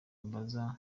mbanza